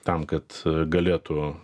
tam kad galėtų